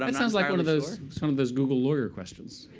um sounds like one of those sort of those google lawyer questions.